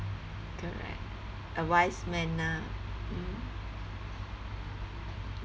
correct a wise man lah